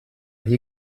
hier